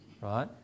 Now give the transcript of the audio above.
right